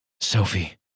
Sophie